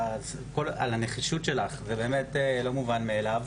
על הנחישות שלך, זה באמת לא מובן מאליו.